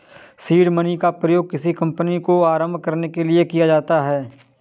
seed money का प्रयोग किसी कंपनी को आरंभ करने के लिए किया जाता है